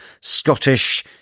Scottish